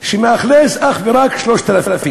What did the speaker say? שמאכלס אך ורק 3,000,